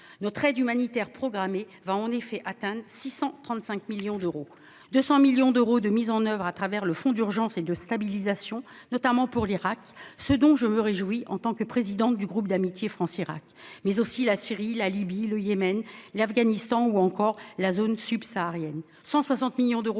Notre aide humanitaire programmée va en effet atteindre 635 millions d'euros : 200 millions d'euros mis en oeuvre le fonds d'urgence et de stabilisation, notamment pour l'Irak- je m'en réjouis en tant que présidente du groupe d'amitié France-Irak -, mais aussi pour la Syrie, la Libye, le Yémen, l'Afghanistan ou encore la zone subsaharienne